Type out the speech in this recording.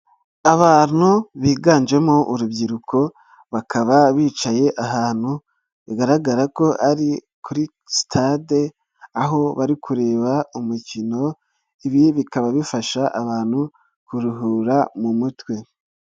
Abantu biganjemo urubyiruko bakaba bicaye ahantu bigaragara ko ari kuri sitade aho bari kureba umukino, ibi bikaba bifasha abantu kuruhura mu mutwe .